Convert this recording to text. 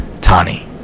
tani